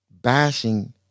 bashing